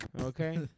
Okay